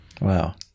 Wow